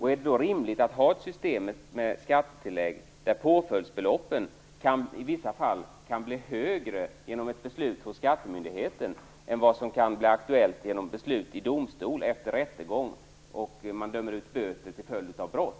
Är det då rimligt att ha ett system med skattetillägg där påföljdsbeloppen i vissa fall kan bli högre genom ett beslut hos skattemyndigheten än vad som kan bli aktuellt genom beslut i domstol efter rättegång där man dömer ut böter till följd av brott?